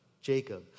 Jacob